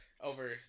over